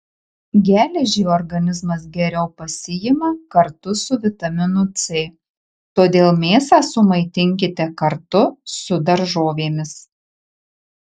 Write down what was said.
geležį organizmas geriau pasiima kartu su vitaminu c todėl mėsą sumaitinkite kartu su daržovėmis